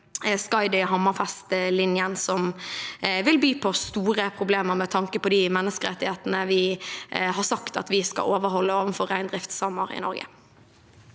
nemlig Skaidi–Hammerfest-linjen, som vil by på store problemer med tanke på de menneskerettighetene vi har sagt at vi skal overholde overfor reindriftssamer i Norge.